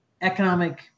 economic